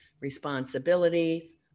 responsibilities